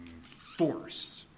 force